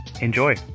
Enjoy